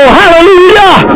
hallelujah